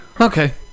Okay